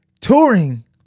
touring